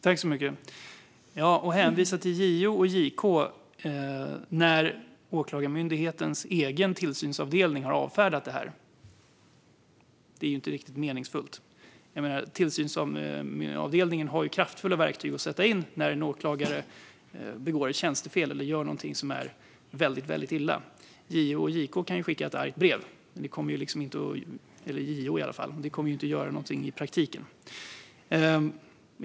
Fru talman! Att hänvisa till JO och JK när Åklagarmyndighetens egen tillsynsavdelning har avfärdat det är inte riktigt meningsfullt. Tillsynsavdelningen har ju kraftfulla verktyg att sätta in när en åklagare begår ett tjänstefel eller gör något som är väldigt illa. JO och JK kan skicka ett argt brev - eller JO kan åtminstone göra det - men det kommer inte att leda till något i praktiken.